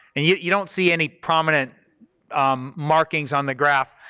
and you you don't see any prominent markings on the graph,